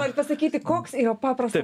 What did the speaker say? noriu pasakyti koks yra paprastas